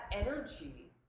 energy